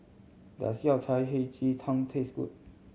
does Yao Cai Hei Ji Tang taste good